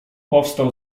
powstał